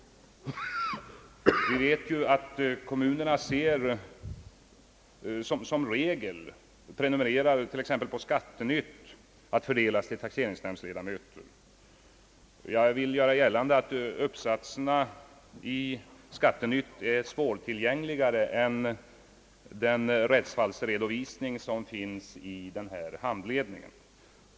Kommunerna prenumererar som regel på Skattenytt, som fördelas till taxeringsnämndens ledamöter. Jag vill göra gällande att uppsatserna i Skattenytt är svårtillgängligare än den rättsfallsredovisning som finns i den aktuella handledningen.